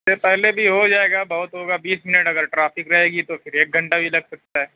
اِس سے پہلے بھی ہو جائے گا بہت ہوگا بیس منٹ اگر ٹریفک رہے گی تو پھر ایک گھنٹہ بھی لگ سکتا ہے